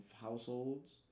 households